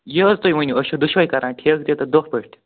یہِ حظ تُہۍ ؤنِو أسۍ چھِ دۄشوٕے کَران ٹھیٖکہٕ تہِ تہٕ دۄہ پٲٹھۍ